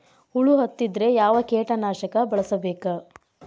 ಹುಳು ಹತ್ತಿದ್ರೆ ಯಾವ ಕೇಟನಾಶಕ ಬಳಸಬೇಕ?